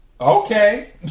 okay